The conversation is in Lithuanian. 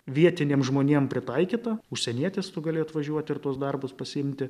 vietiniam žmonėm pritaikyta užsienietis tu gali atvažiuoti ir tuos darbus pasiimti